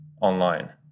online